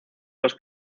los